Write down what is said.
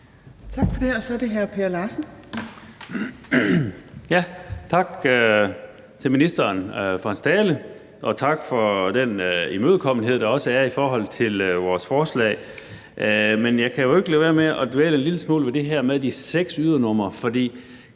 Tak for det. Så er det hr. Per Larsen. Kl. 11:39 Per Larsen (KF): Tak til ministeren for hans tale og tak for den imødekommenhed, der også er i forhold til vores forslag. Jeg kan ikke lade være med at dvæle en lille smule ved det her med de seks ydernumre. For